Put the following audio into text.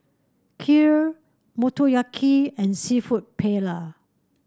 Kheer Motoyaki and seafood Paella